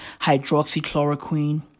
hydroxychloroquine